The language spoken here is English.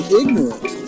ignorant